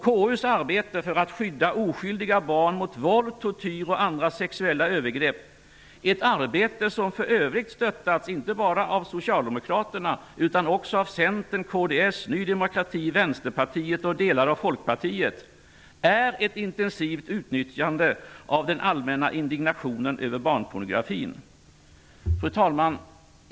KU:s arbete för att skydda oskyldiga barn mot våld, tortyr och andra sexuella övergrepp -- ett arbete som för övrigt stöttats inte bara av Folkpartiet -- är ett intensivt utnyttjande av den allmänna indignationen över barnpornografin. Fru talman!